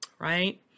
right